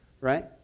right